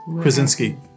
Krasinski